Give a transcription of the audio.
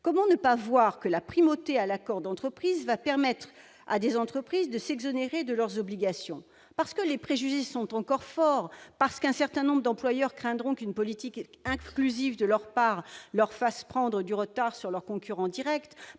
Comment ne pas voir que la primauté accordée à l'accord d'entreprise va permettre à des entreprises de s'exonérer de leurs obligations ? Parce que les préjugés sont encore forts, parce qu'un certain nombre d'employeurs craindront qu'une politique inclusive de leur part leur fasse prendre du retard sur leurs concurrents directs,